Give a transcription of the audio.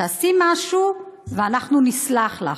תעשי משהו, ואנחנו נסלח לך,